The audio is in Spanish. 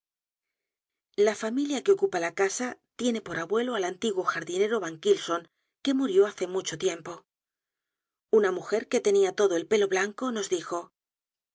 la familia que ocupa la casa tiene por abuelo al antiguo jardinero van kylson que murió hace mucho tiempo una mujer que tenia todo el pelo blanco nos dijo